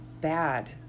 bad